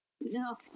no